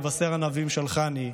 לבשר ענָוים שלחני,